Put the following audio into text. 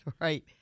Right